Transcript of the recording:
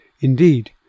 Indeed